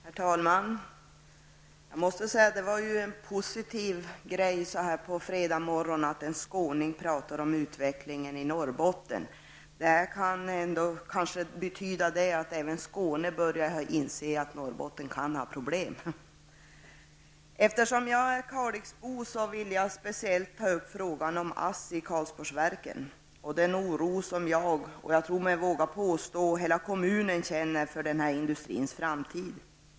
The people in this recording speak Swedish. Herr talman! Jag måste säga att det var positivt så här på fredagsmorgonen att en skåning talar om utvecklingen i Norrbotten. Det kanske betyder att även Skåne börjar inse att Norrbotten kan ha problem. Eftersom jag är kalixbo vill jag speciellt ta upp frågan om ASSI i Karlsborgsverken och den oro som jag och, vågar jag nog påstå, hela kommunen känner för industrins framtid.